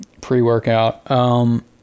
pre-workout